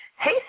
Hey